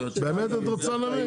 לנמק?